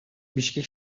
бишкек